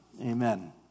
Amen